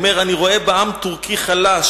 הוא אומר: אני רואה "בעם טורקי חלש,